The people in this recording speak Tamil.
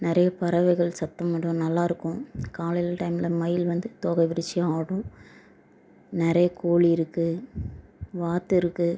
நிறைய பறவைகள் சத்தம் போடும் நல்லாருக்கும் காலையில் டைம்மில் மயில் வந்து தோகை விரிச்சு ஆடும் நிறைய கோழி இருக்கு வாத்து இருக்கு